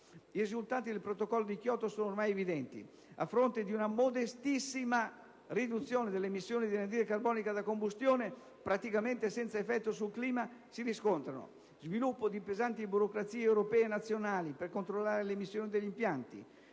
I risultati del Protocollo di Kyoto sono ormai evidenti. A fronte di una modestissima riduzione dell'emissione di anidride carbonica da combustione, praticamente senza effetto sul clima, si riscontrano: sviluppo di pesanti burocrazie europee e nazionali per controllare le emissioni degli impianti,